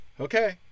Okay